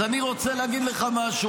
אז אני רוצה להגיד לך משהו,